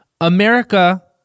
America